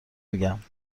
میگم